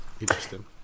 Interesting